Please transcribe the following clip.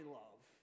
love